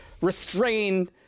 restrain